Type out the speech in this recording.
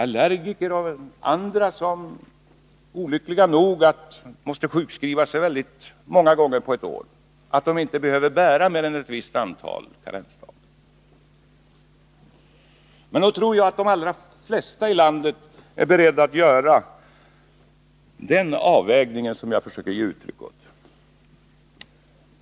Allergiker och andra som är olyckliga nog att behöva sjukskriva sig många gånger på ett år skall inte behöva bära mer än ett visst antal karensdagar. Nog tror jag att de allra flesta i landet är beredda att göra den avvägning jag försökt ge uttryck åt.